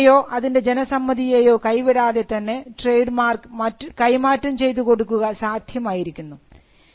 ബിസിനസിനേയോ അതിൻറെ ജനസമ്മതിയേയോ കൈവിടാതെ തന്നെ ട്രേഡ് മാർക്ക് കൈമാറ്റം ചെയ്തു കൊടുക്കുക സാധ്യമായിരിക്കുന്നു